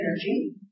energy